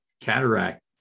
cataract